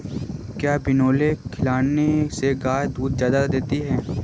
क्या बिनोले खिलाने से गाय दूध ज्यादा देती है?